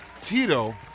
Tito